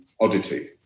oddity